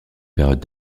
période